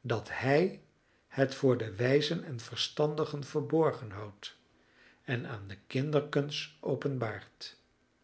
dat hij het voor de wijzen en verstandigen verborgen houdt en aan de kinderkens openbaart